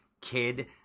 kid